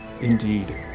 Indeed